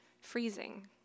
freezing